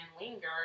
linger